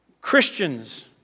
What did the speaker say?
Christians